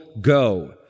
go